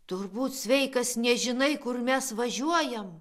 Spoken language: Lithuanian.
turbūt sveikas nežinai kur mes važiuojam